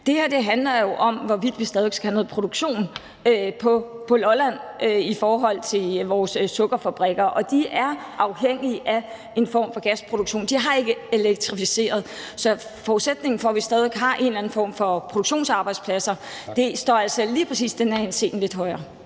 Det her handler jo om, hvorvidt vi stadig væk skal have noget produktion på Lolland i forhold til vores sukkerfabrikker, og de er afhængige af en form for gasproduktion. De har ikke elektrificeret, så det er forudsætningen for, at vi stadig væk har en eller anden form for produktionsarbejdspladser, og det står lige præcis i den her henseende lidt højere.